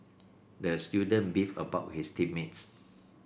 the student beefed about his team mates